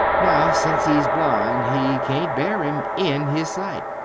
now, since he's blind, he can't bear him in his sight.